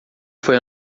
foi